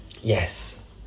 Yes